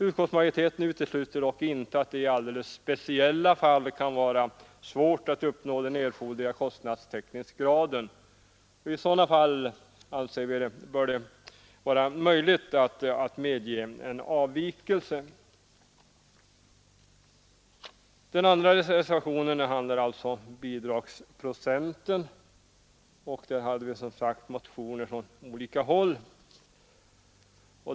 Utskottsmajoriteten utesluter inte att det i alldeles speciella fall kan vara svårt att uppnå den erforderliga kostnadstäckningsgraden. I sådana fall anser vi att det bör vara möjligt att medge avvikelse från de angivna kostnadstäckningsnivåerna. Reservationen 2 handlar om bidragsprocenten. Motioner har väckts från olika håll.